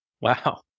Wow